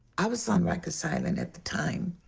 i was on rikers island at the time,